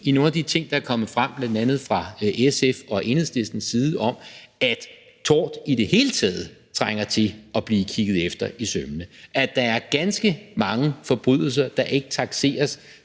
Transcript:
i nogle af de ting, der er kommet frem, bl.a. fra SF og Enhedslistens side, om, at tort i det hele taget trænger til at blive kigget efter i sømmene, at der er ganske mange forbrydelser, der ikke takseres